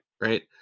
Right